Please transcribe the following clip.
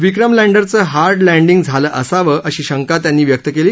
विक्रम लँडरचं hard landing झालं असावं अशी शंका त्यांनी व्यक्त केली